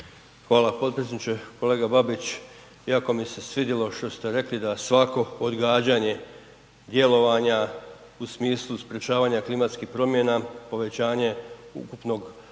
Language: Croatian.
Hvala podpredsjedniče. Kolega Babić jako mi se svidjelo što ste rekli da svako odgađanje djelovanja u smislu sprečavanja klimatskih promjena, povećanje ukupnog,